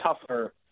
tougher